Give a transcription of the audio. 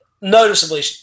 noticeably